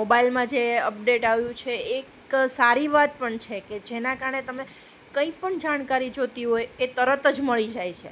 મોબાઇલમાં જે અપડેટ આવ્યું છે એક સારી વાત પણ છે કે જેના કારણે તમે કઈ પણ જાણકારી જોઈતી હોય એ તરત જ મળી જાય છે